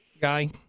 guy